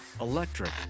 electric